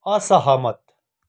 असहमत